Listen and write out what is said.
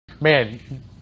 man